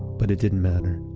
but it didn't matter.